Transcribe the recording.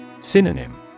Synonym